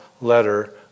letter